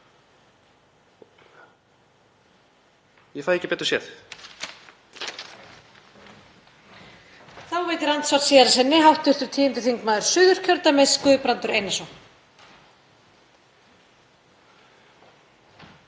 Ég fæ ekki betur séð.